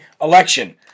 election